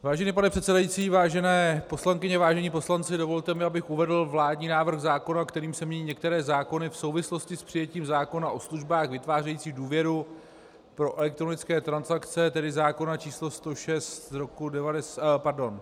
Vážený pane předsedající, vážené poslankyně, vážení poslanci, dovolte mi, abych uvedl vládní návrh zákona, kterým se mění některé zákony v souvislosti s přijetím zákona o službách vytvářejících důvěru pro elektronické transakce, tedy zákona č. 106... Pardon.